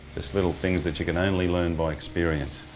just little things that you could only learn by experience.